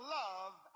love